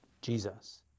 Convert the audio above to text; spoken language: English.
Jesus